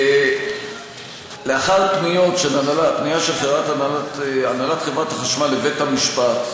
לאחר פנייה של הנהלת חברת החשמל לבית-המשפט